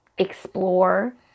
explore